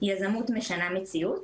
יזמות משנה מציאות.